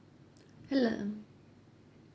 hello